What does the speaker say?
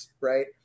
right